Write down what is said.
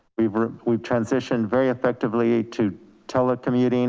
we've we've transitioned very effectively to telecommuting